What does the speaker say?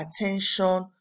attention